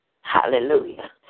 Hallelujah